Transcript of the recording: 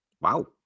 wow